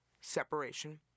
separation